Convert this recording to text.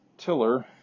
tiller